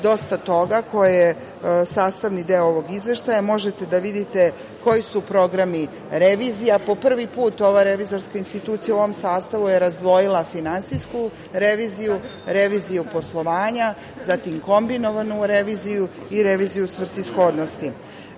dosta toga, koji je sastavni deo ovog izveštaja. Možete da vidite koji su programi revizija. Po prvi put ova revizorska institucija u ovom sastavu je razdvojila finansijsku reviziju, reviziju poslovanja, zatim, kombinovanu reviziju i reviziju svrsishodnosti. Možete